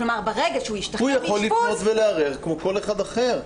ברגע שהוא ישתחרר מאשפוז --- הוא יכול לפנות ולערער כמו כל אחד אחר.